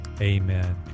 Amen